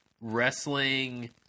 wrestling